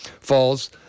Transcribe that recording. falls